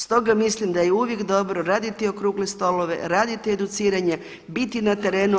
Stoga mislim da je uvijek dobro raditi okrugle stolove, raditi educiranje, biti na terenu.